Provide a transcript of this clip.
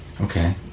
Okay